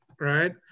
right